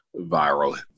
viral